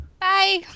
Bye